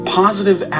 positive